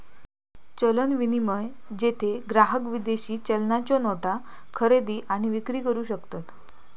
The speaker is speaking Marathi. चलन विनिमय, जेथे ग्राहक विदेशी चलनाच्यो नोटा खरेदी आणि विक्री करू शकतत